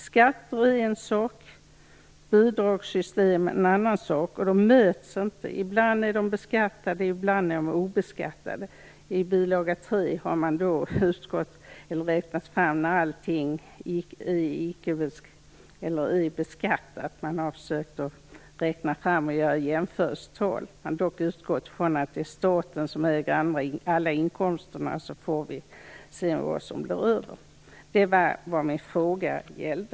Skatter är en sak och bidragssystem är en annan sak. De möts inte. Ibland är de beskattade och ibland obeskattade. I bilaga 3 till propositionen har man räknat fram jämförelsetal. Man har dock utgått från att det är staten som äger alla inkomster. Sedan får vi det som blir över. Det var detta min fråga gällde.